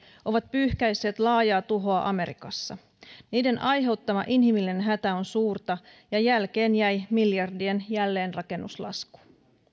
ovat pyyhkäisseet laajaa tuhoa amerikassa niiden aiheuttama inhimillinen hätä on suurta ja jälkeen jäi miljardien jälleenrakennuslasku